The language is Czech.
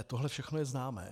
Tohle všechno je známé.